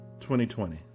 2020